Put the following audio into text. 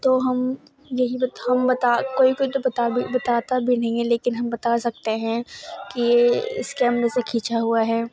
تو ہم یہی بت ہم بتا کوئی کوئی تو بتا بھی بتاتا بھی نہیں ہے لیکن ہم بتا سکتے ہیں کہ یہ اس کیمرے سے کھینچا ہوا ہے